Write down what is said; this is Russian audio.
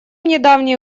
недавние